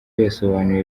yasobanuye